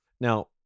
Now